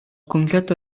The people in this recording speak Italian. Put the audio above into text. concetto